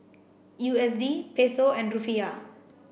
U S D Peso and Rufiyaa